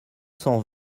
cent